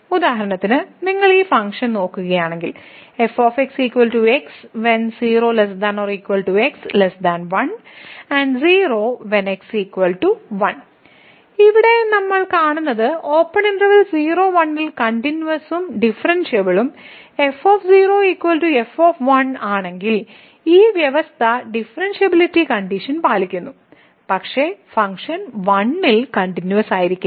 ഉദാഹരണത്തിന് നിങ്ങൾ ഈ ഫംഗ്ഷൻ നോക്കുകയാണെങ്കിൽ ഇവിടെ നമ്മൾ കാണുന്നത് 0 1 ൽ കണ്ടിന്യൂവസും ഡിഫറെന്ഷ്യബിളും f f ആണെങ്കിൽ ഈ അവസ്ഥ ഡിഫറൻസബിലിറ്റി കണ്ടീഷൻ പാലിക്കുന്നു പക്ഷേ ഫംഗ്ഷൻ 1 ൽ കണ്ടിന്യൂവസായിരിക്കില്ല